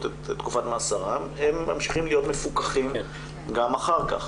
את תקופת מאסרם הם ממשיכים להיות מפוקחים אחר כך.